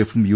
എഫും യു